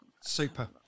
super